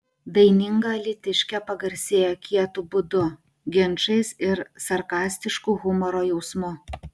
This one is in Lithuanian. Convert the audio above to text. daininga alytiškė pagarsėjo kietu būdu ginčais ir sarkastišku humoro jausmu